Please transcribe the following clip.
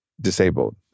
disabled